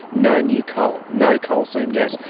no new coal, no coal seam gas.